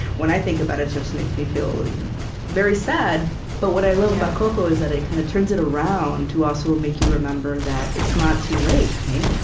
when i think about it, sort of it makes me feel very sad but what i love about coco is that it it kind of turns it around to also make you remember that it's not too late. right?